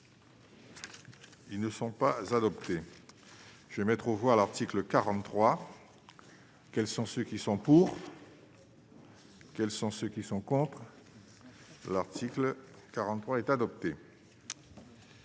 Ils ne sont pas adoptés, je vais mettre aux voix l'article 43, quels sont ceux qui sont pour, quels sont ceux qui sont contre l'article 43 est adopté.